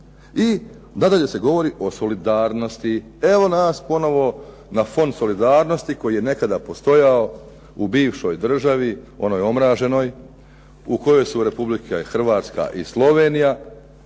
I nadalje se govori o solidarnosti. Evo nas ponovno na Fond solidarnosti koji je nekada postojao u bivšoj državi, onoj omraženoj u kojoj su Republika Hrvatska i Slovenija